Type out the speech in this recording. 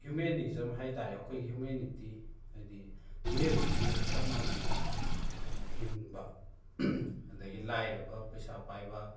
ꯍꯤꯌꯨꯃꯦꯟꯅꯤꯖꯝ ꯍꯥꯏ ꯇꯥꯔꯦ ꯑꯩꯈꯣꯏꯒꯤ ꯍꯤꯌꯨꯃꯦꯟꯅꯤꯇꯤ ꯍꯥꯏꯗꯤ ꯃꯤꯑꯣꯏꯕꯁꯦ ꯆꯞ ꯃꯥꯟꯅꯅ ꯂꯩꯃꯤꯟ ꯍꯤꯡꯕ ꯑꯗꯒꯤ ꯂꯥꯏꯔꯕ ꯄꯩꯁꯥ ꯄꯥꯏꯕ